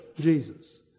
Jesus